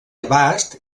abast